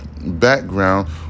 background